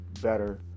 better